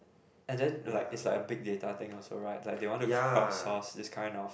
and then like it's like a big data thing also right like they want to crowdsource this kind of